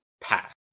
pass